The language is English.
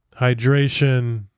hydration